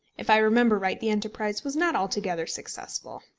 if i remember right, the enterprise was not altogether successful.